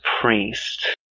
priest